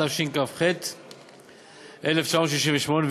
התשכ"ח 1968,